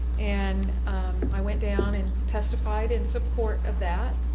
and i went down and testified in support of that.